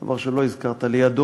דבר שלא הזכרת, לידו